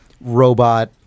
robot